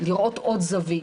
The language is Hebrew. לראות עוד זווית,